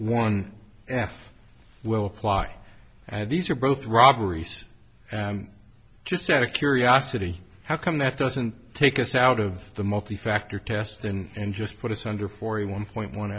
one s will apply and these are both robberies and just out of curiosity how come that doesn't take us out of the multi factor test and just put us under for a one point